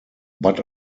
but